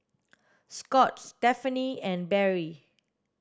Scott Stephaine and Berry